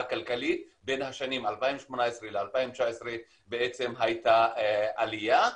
כלכלית בין השנים 2018 ל-2019 הייתה עלייה.